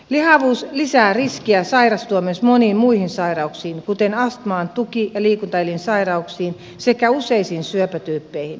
lihavuus lisää riskiä sairastua myös moniin muihin sairauksiin kuten astmaan tuki ja liikuntaelinsairauksiin sekä useisiin syöpätyyppeihin